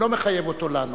אני לא מחייב אותו לענות.